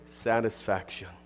satisfaction